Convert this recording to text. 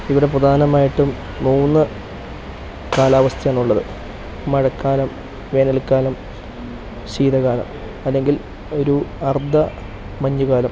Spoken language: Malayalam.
ഇവിടെ പ്രധാനമായിട്ടും മൂന്ന് കാലാവസ്ഥ ആണുള്ളത് മഴക്കാലം വേനൽക്കാലം ശീതകാലം അല്ലെങ്കിൽ ഒരു അർധ മഞ്ഞുകാലം